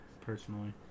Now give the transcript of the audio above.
personally